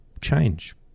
change